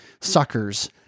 suckers